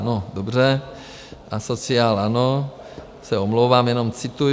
No dobře, asociál ano, se omlouvám, jenom cituji.